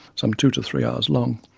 some two to three hours long.